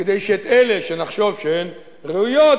כדי שאת אלה שנחשוב שהן ראויות